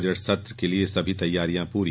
budget सत्र के लिए सभी तैयारियां पूरी